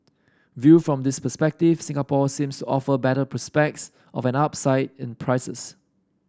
viewed from this perspective Singapore seems to offer better prospects of an upside in prices